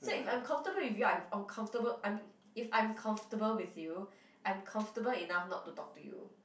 so if I'm comfortable with you I uncomfortable I'm if I'm comfortable with you I'm comfortable enough not to talk to you